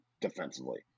defensively